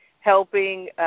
helping